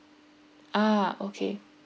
ah okay